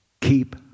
keep